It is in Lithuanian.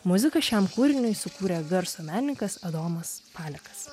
muziką šiam kūriniui sukūrė garso menininkas adomas palekas